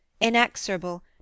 inexorable